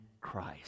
Christ